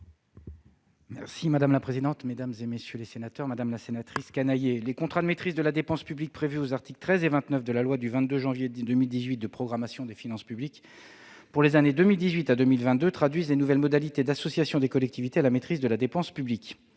? La parole est à M. le ministre. Madame la sénatrice Canayer, les contrats de maîtrise de la dépense publique, prévus aux articles 13 et 29 de la loi du 22 janvier 2018 de programmation des finances publiques pour les années 2018 à 2022, traduisent les nouvelles modalités d'association des collectivités à la maîtrise de la dépense publique.